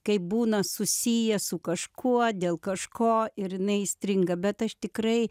kaip būna susiję su kažkuo dėl kažko ir jinai įstringa bet aš tikrai